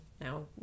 now